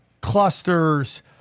clusters